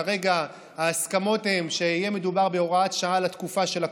כרגע ההסכמות הן שיהיה מדובר בהוראת שעה לתקופה של הקורונה,